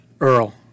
Earl